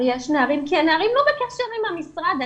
כי הנערים לא בקשר עם המשרד,